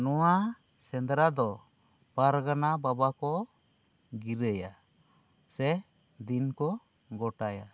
ᱱᱚᱭᱟ ᱥᱮᱸᱫᱽᱨᱟ ᱫᱚ ᱯᱟᱨᱜᱟᱱᱟ ᱵᱟᱵᱟᱠᱚ ᱜᱤᱨᱟᱹᱭᱟ ᱥᱮ ᱫᱤᱱᱠᱚ ᱜᱚᱴᱟᱭᱟ